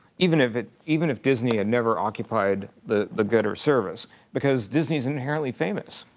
even if even if disney had never occupied the the good or service because disney's inherently famous.